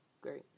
great